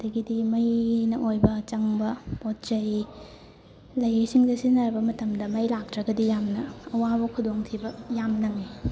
ꯑꯗꯒꯤꯗꯤ ꯃꯩꯅ ꯑꯣꯏꯕ ꯆꯪꯕ ꯄꯣꯠꯆꯩ ꯂꯩꯔꯤꯁꯤꯡꯗ ꯁꯤꯖꯤꯟꯅꯔꯕ ꯃꯇꯝꯗ ꯃꯩ ꯂꯥꯛꯇ꯭ꯔꯒꯗꯤ ꯌꯥꯝꯅ ꯑꯋꯥꯕ ꯈꯨꯗꯣꯡꯊꯤꯕ ꯌꯥꯝ ꯅꯪꯉꯤ